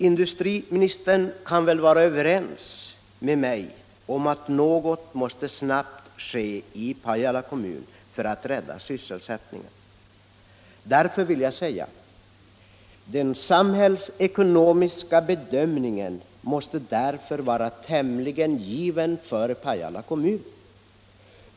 Industriministern kan väl vara överens med mig om att något snabbt måste ske i Pajala kommun för att rädda sysselsättningen. Den samhällsekonomiska bedömningen måste därför vara tämligen given för Pajala kommun.